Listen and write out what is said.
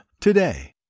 today